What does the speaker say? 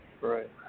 Right